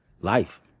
Life